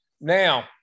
Now